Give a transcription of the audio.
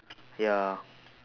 ya